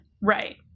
Right